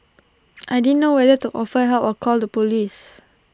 I didn't know whether to offer help or call the Police